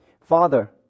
Father